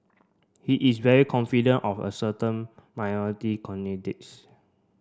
he is very confident of a certain minority